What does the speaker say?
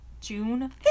June